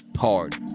hard